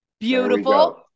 Beautiful